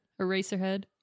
Eraserhead